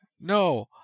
no